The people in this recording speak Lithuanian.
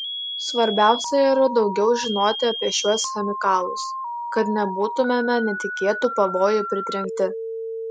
svarbiausia yra daugiau žinoti apie šiuos chemikalus kad nebūtumėme netikėtų pavojų pritrenkti